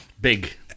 big